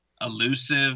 elusive